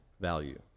value